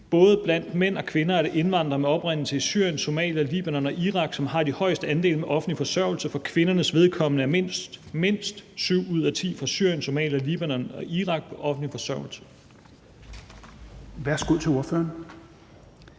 »Både blandt mænd og kvinder er det indvandrere med oprindelse i Syrien, Somalia, Libanon og Irak, som har de højeste andele med offentlig forsørgelse. For kvindernes vedkommende er mindst syv ud af ti fra Syrien, Somalia, Libanon og Irak på offentlig forsørgelse«?